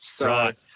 Right